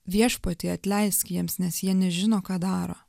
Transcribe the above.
viešpatie atleisk jiems nes jie nežino ką daro